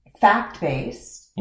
fact-based